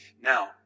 Now